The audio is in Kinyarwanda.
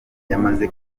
yamaze